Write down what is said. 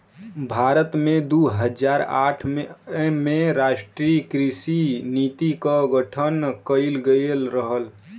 भारत में दू हज़ार आठ में राष्ट्रीय कृषि नीति के गठन कइल गइल रहे